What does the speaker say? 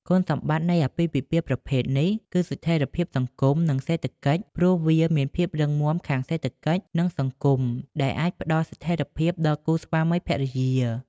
គុណសម្បត្តិនៃអាពាហ៍ពិពាហ៍ប្រភេទនេះ គឺស្ថិរភាពសង្គម និងសេដ្ឋកិច្ចព្រោះមានភាពរឹងមាំខាងសេដ្ឋកិច្ច និងសង្គមដែលអាចផ្តល់ស្ថិរភាពដល់គូស្វាមីភរិយា។